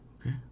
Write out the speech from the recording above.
Okay